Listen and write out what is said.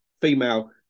female